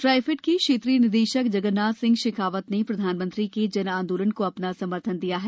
ट्राइफेड के क्षेत्रीय निदेशक जगन्नाथ सिंह शेखावत ने प्रधानमंत्री के जन आंदोलन को अपना समर्थन दिया है